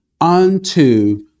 unto